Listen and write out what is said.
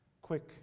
quick